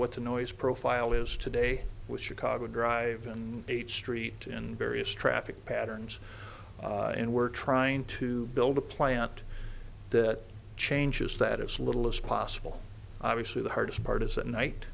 what the noise profile is today with chicago drive and eighth street and various traffic patterns and we're trying to build a plant that changes that as little as possible obviously the hardest part is at night